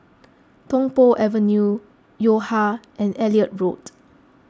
Tung Po Avenue Yo Ha and Elliot Road